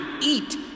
eat